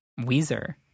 weezer